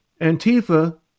Antifa